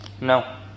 No